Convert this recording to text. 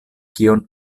kion